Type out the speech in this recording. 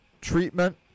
treatment